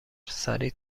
سریع